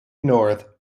north